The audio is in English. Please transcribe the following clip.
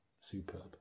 Superb